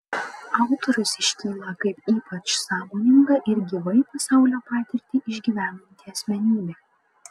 autorius iškyla kaip ypač sąmoninga ir gyvai pasaulio patirtį išgyvenanti asmenybė